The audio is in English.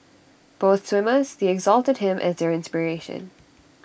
both swimmers they exalted him as their inspiration